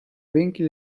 winkel